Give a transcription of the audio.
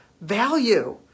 value